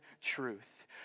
truth